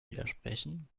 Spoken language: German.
widersprechen